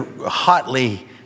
hotly